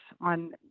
on